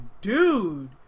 dude